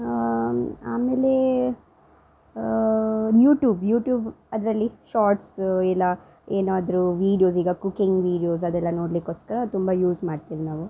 ಆಮೇಲೇ YouTube YouTube ಅದರಲ್ಲಿ shorts ಇಲ್ಲಾ ಏನಾದರೂ ವೀಡಿಯೋಸ್ ಈಗ ಕುಕ್ಕಿಂಗ್ ವೀಡಿಯೋಸ್ ಅದೆಲ್ಲ ನೋಡಲಿಕ್ಕೋಸ್ಕರ ತುಂಬ ಯೂಸ್ ಮಾಡ್ತಿವಿ ನಾವು